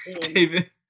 David